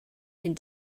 and